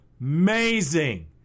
Amazing